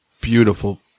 beautiful